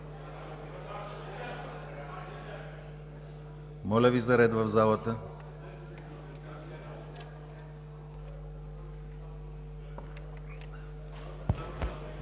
Моля Ви за ред в залата!